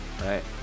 Right